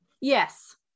Yes